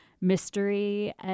mystery